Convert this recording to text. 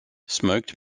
smoked